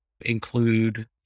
include